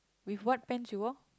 with what pants you wore